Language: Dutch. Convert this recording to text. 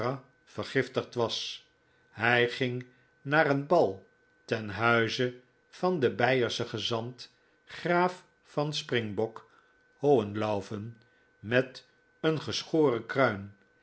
vergiftigd was hij ging naar een bal ten huize van den beierschen gezant graaf van springbock hohenlaufen met een geschoren kruin